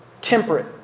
temperate